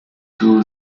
two